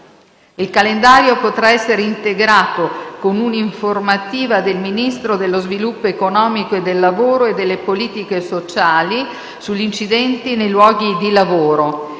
Il calendario potrà essere integrato con un’informativa del Ministro dello sviluppo economico e del lavoro e delle politiche sociali sugli incidenti nei luoghi di lavoro.